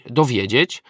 dowiedzieć